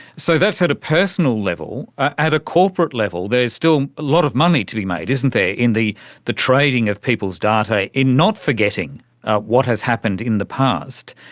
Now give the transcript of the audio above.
so that's at a personal level. at a corporate level there's still a lot of money to be made, isn't there, in the the trading of people's data, in not forgetting what has happened in the past.